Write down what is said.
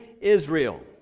Israel